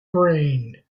brain